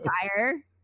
fire